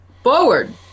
Forward